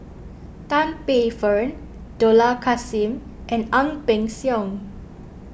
Tan Paey Fern Dollah Kassim and Ang Peng Siong